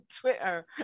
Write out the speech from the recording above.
Twitter